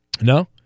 No